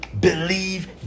believe